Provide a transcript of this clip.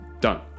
Done